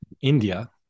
India